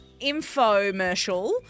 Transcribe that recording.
infomercial